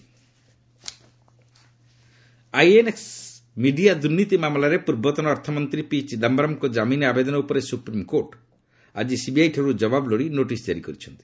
SC CBI Chidambaram INX media ଦୁର୍ନୀତି ମାମଲାରେ ପୂର୍ବତନ ଅର୍ଥମନ୍ତ୍ରୀ ପି ଚିଦାମ୍ଭରମ୍ଙ୍କ ଜାମିନ୍ ଆବେଦନ ଉପରେ ସୁପ୍ରିମ୍କୋର୍ଟ ଆକି ସିବିଆଇଠାରୁ ଜବାବ ଲୋଡ଼ି ନୋଟିସ୍ ଜାରି କରିଛନ୍ତି